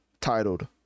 titled